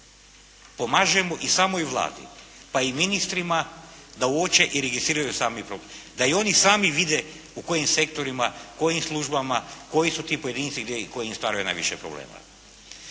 Pomažemo i samoj Vladi, pa i ministrima da uoče i registriraju sami problem, da i oni sami vide u kojim sektorima, kojim službama, koji su ti pojedinci i gdje koji im stvaraju najviše problema.